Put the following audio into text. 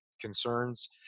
concerns